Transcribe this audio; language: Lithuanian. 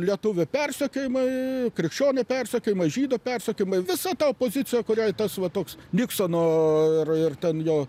lietuvių persekiojimai krikščionių persekiojimai žydų persekiojimai visa ta opozicija kuriai tas va toks niksono ir ir ten jo